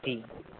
तीन कप